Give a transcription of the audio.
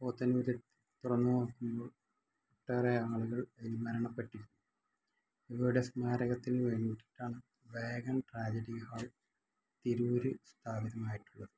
പോത്തന്നൂർ തുറന്ന് നോക്കുമ്പോൾ ഒട്ടേറെ ആളുകൾ അതിൽ മരണപ്പെട്ടിരുന്നു ഇവരുടെ സ്മാരകത്തിന് വേണ്ടിയിട്ടാണ് വാഗൺ ട്രാജഡി ഹാൾ തിരൂർ സ്ഥാപിതമായിട്ടുള്ളത്